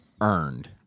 earned